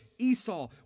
Esau